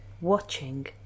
watching